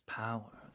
power